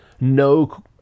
no